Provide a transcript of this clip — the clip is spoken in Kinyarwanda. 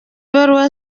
baruwa